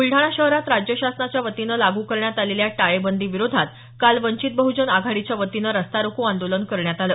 बुलडाणा शहरात राज्य शासनाच्या वतीनं लागू करण्यात आलेल्या टाळेबंदी विरोधात काल वंचित बह्जन आघाडीच्या वतीनं रास्ता रोको आंदोलन करण्यात आलं